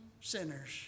sinners